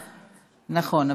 נכון,